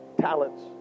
talents